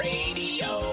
Radio